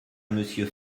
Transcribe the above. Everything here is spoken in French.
monsieur